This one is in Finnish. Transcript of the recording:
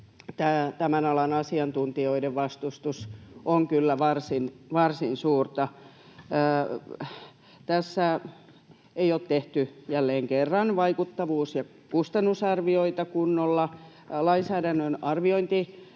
tämän alan asiantuntijoiden vastustus on kyllä varsin suurta. Tässä ei ole tehty, jälleen kerran, vaikuttavuus- ja kustannusarvioita kunnolla. Lainsäädännön arviointineuvosto